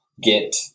get